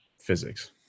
physics